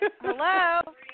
Hello